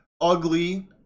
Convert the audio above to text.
ugly